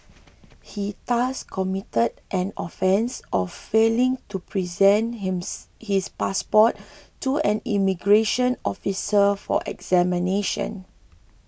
he thus committed an offence of failing to present hims his passport to an immigration officer for examination